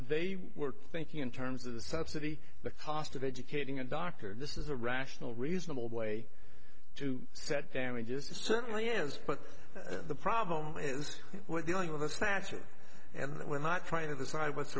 they were thinking in terms of the subsidy the cost of educating a doctor this is a rational reasonable way to set damages certainly is but the problem is we're dealing with the statute and we're not trying to decide what's